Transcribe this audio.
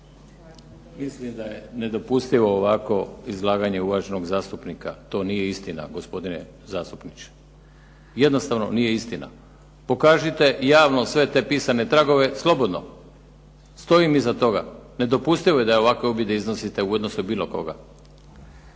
Mislim da je nedopustivo ovako izlaganje uvaženog zastupnika. To nije istina gospodine zastupniče. Jednostavno nije istina. Pokažite javno sve te pisane tragove, slobodno. Stojim iza toga. Nedopustivo je da ovakve objede iznosite u odnosu na bilo koga.